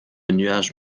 nuage